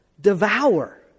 Devour